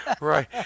right